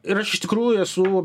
ir aš iš tikrųjų esu